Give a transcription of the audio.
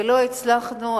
ולא הצלחנו.